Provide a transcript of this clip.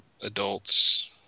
adults